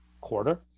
quarter